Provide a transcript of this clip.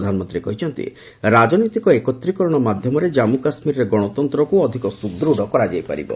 ପ୍ରଧାନମନ୍ତ୍ରୀ କହିଛନ୍ତି ରାଜନୈତିକ ଏକତିକରଣ ମାଧ୍ୟମରେ ଜାମ୍ପ କାଶ୍ରୀରରେ ଗଣତନ୍ତ୍ରକୁ ଅଧିକ ସ୍ୱଦୂଢ଼ କରାଯାଇ ପାରିବ